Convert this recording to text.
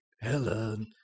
Helen